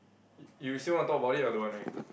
you you still want to talk about it or don't want already